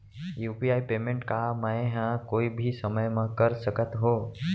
UPI payment का मैं ह कोई भी समय म कर सकत हो?